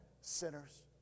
sinners